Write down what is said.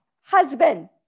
husband